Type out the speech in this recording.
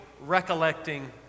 recollecting